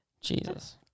jesus